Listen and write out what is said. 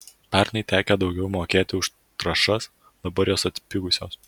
pernai tekę daugiau mokėti už trąšas dabar jos atpigusios